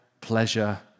pleasure